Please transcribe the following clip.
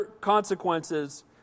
consequences